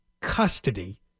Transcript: custody